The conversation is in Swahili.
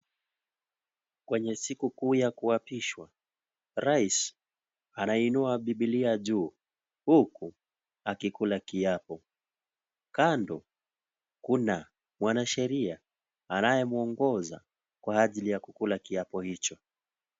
Kwenye siku kuu ya kuapishwa, rais anainua biblia juu Huku akikula kiapo, kando kuna mwanasheria anayemwongoza kwa ajali ya kukula kiapo hicho.